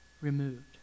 removed